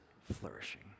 flourishing